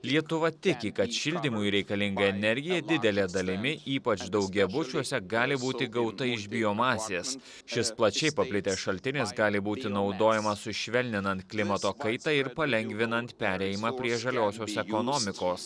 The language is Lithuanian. lietuva tiki kad šildymui reikalinga energija didele dalimi ypač daugiabučiuose gali būti gauta iš biomasės šis plačiai paplitęs šaltinis gali būti naudojamas sušvelninant klimato kaitą ir palengvinant perėjimą prie žaliosios ekonomikos